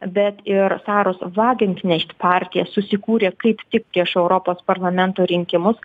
bet ir saros vagiant nešti partija susikūrė kaip tik prieš europos parlamento rinkimus